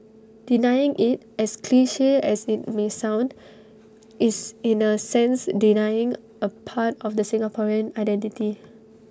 denying IT as cliche as IT might sound is in A sense denying A part of the Singaporean identity